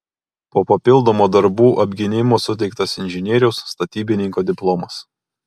po papildomo darbų apgynimo suteiktas inžinieriaus statybininko diplomas